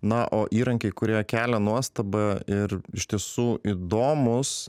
na o įrankiai kurie kelia nuostabą ir iš tiesų įdomūs